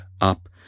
up